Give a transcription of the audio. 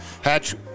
Hatch